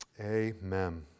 Amen